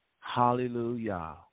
hallelujah